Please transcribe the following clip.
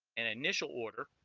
an initial order